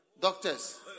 Doctors